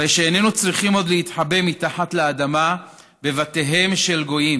הרי שאיננו צריכים עוד להתחבא מתחת לאדמה בבתיהם של גויים.